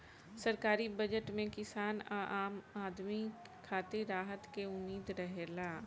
सरकारी बजट में किसान आ आम आदमी खातिर राहत के उम्मीद रहेला